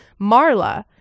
Marla